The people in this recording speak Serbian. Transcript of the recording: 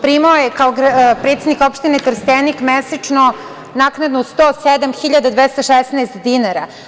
Primao je kao predsednik opštine Trstenik mesečno naknadu 107.216 dinara.